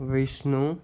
Vishnu